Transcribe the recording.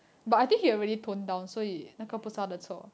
ya he did